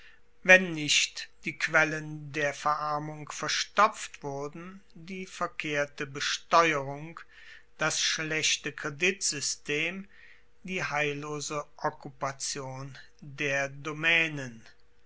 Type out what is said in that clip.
wenn nicht die quellen der verarmung verstopft wurden die verkehrte besteuerung das schlechte kreditsystem die heillose okkupation der domaenen